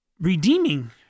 redeeming